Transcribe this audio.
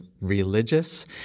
religious